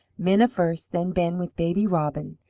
minna first, then ben with baby robin.